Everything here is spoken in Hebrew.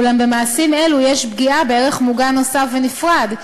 אולם במעשים אלו יש פגיעה בערך מוגן נוסף ונפרד,